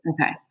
Okay